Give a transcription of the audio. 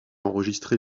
enregistré